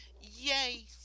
yay